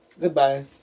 Goodbye